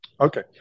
Okay